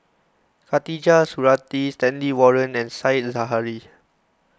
Khatijah Surattee Stanley Warren and Said Zahari